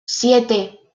siete